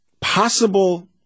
possible